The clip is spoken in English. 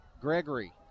Gregory